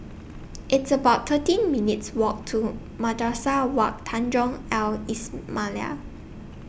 It's about thirteen minutes' Walk to Madrasah Wak Tanjong Al Islamiah